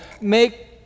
make